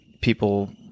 people